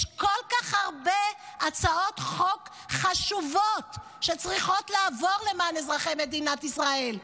יש כל כך הרבה הצעות חוק חשובות שצריכות לעבור למען אזרחי מדינת ישראל.